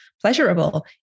pleasurable